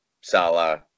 Salah